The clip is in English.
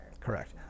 correct